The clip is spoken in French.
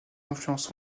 influences